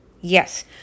Yes